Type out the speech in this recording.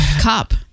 Cop